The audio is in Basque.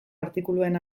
artikuluen